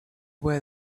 where